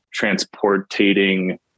transportating